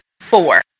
four